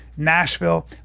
Nashville